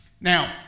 Now